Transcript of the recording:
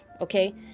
okay